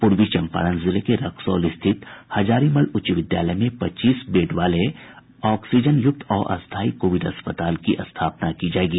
पूर्वी चंपारण जिले के रक्सौल स्थित हजारीमल उच्च विद्यालय में पच्चीस बेड वाले ऑक्सीजन युक्त अस्थायी कोविड अस्पताल की स्थापना की जायेगी